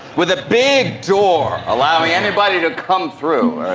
with a big door allowing anybody to come through.